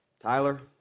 Tyler